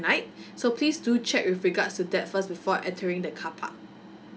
right so please do check with regards to that first before entering the carpark